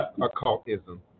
occultism